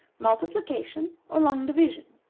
multiplication or long division.